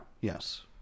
Yes